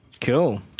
Cool